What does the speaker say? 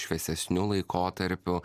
šviesesniu laikotarpiu